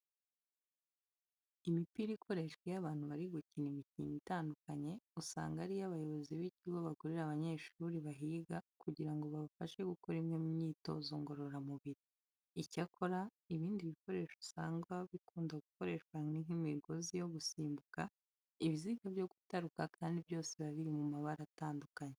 Imipira ikoreshwa iyo abantu bari gukina imikino itandukanye usanga ari yo abayobozi b'ikigo bagurira abanyeshuri bahiga kugira ngo babafashe gukora imwe mu myitozo ngororamubiri. Icyakora ibindi bikoresho usanga bikunda gukoreshwa ni nk'imigozi yo gusimbuka, ibiziga byo gutaruka kandi byose biba biri mu mabara atandukanye.